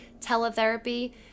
teletherapy